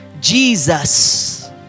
Jesus